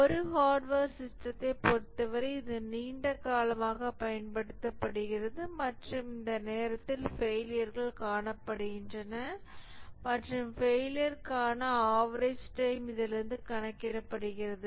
ஒரு ஹார்ட்வேர் சிஸ்டத்தை பொறுத்தவரை இது நீண்ட காலமாகப் பயன்படுத்தப்படுகிறது மற்றும் இந்த நேரத்தில் ஃபெயிலியர்கள் காணப்படுகின்றன மற்றும் ஃபெயிலியர்க்கான அவரேஜ் டைம் இதிலிருந்து கணக்கிடப்படுகிறது